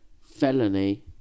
felony